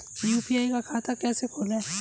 UPI का खाता कैसे खोलें?